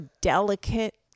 delicate